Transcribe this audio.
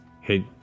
Hey